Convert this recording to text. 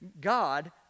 God